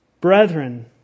Brethren